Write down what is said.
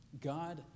God